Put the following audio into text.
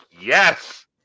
yes